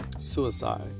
suicide